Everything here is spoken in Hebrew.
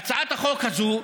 בהצעת החוק הזאת,